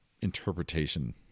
interpretation